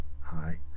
hi